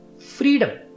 freedom